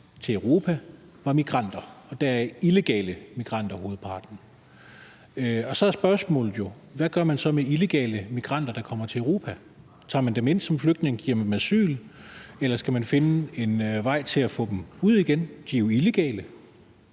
til Europa, var migranter – illegale immigranter. Så er spørgsmålet jo, hvad man gør med illegale immigranter, der kommer til Europa. Tager man dem ind som flygtninge og giver dem asyl, eller skal man finde en vej til at få dem ud igen? De er jo illegale.